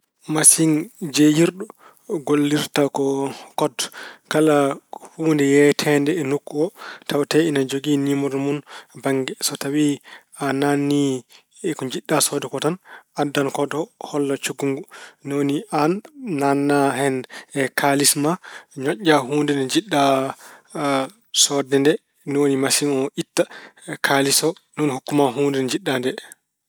Masiŋ jeeyirɗo gollirta ko kod. Kala huunde yeeyeteede e nokku o tawate ina jogii niimoro mun bannge. So tawi a naatni ko njiɗɗa soodde ko tan, addan kod o holla coggu ngu. Ni woni aan naatna hen kaalis ma ñoƴƴa huunde nde njiɗɗa soodde nde, ni woni masiŋ o itta kaalis o, ni woni hokku ma huunde nde njiɗɗa nde.